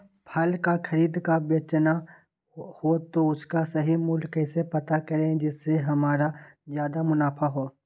फल का खरीद का बेचना हो तो उसका सही मूल्य कैसे पता करें जिससे हमारा ज्याद मुनाफा हो?